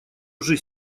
уже